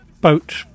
boat